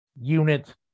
unit